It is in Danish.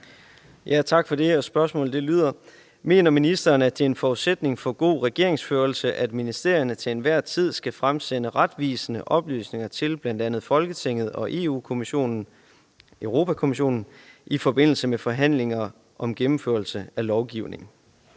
Tak for det, og spørgsmålet lyder: Mener ministeren, at det er en forudsætning for god regeringsførelse, at ministerierne til enhver tid skal fremsende retvisende oplysninger til bl.a. Folketinget og Europa-Kommissionen i forbindelse med forhandlinger om gennemførelse af lovgivning?